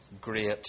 great